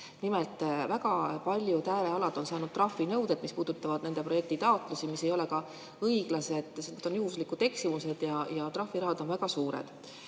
Nimelt, väga paljud äärealad on saanud trahvinõuded, mis puudutavad nende projektitaotlusi, aga need nõuded ei ole ka õiglased, sest on juhuslikud eksimused. Ja trahviraha summad on väga suured.